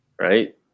Right